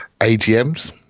AGMs